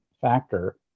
factor